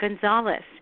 Gonzalez